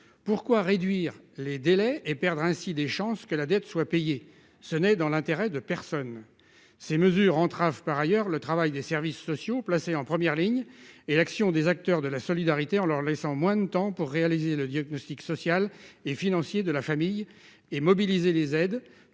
pourquoi réduire les délais et perdre ainsi des chances que la dette soit payé, ce n'est dans l'intérêt de personne. Ces mesures entrave. Par ailleurs, le travail des services sociaux, placé en première ligne et l'action des acteurs de la solidarité en leur laissant moins de temps pour réaliser le diagnostic social et financier de la famille et mobiliser les aides,